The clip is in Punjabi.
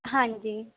ਹਾਂਜੀ